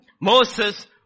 Moses